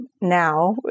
now